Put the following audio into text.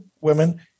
women